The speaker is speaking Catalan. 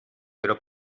però